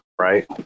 right